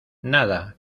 nada